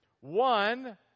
One